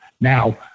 Now